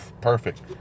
perfect